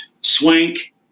swank